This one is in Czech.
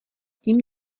tím